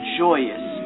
joyous